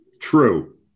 True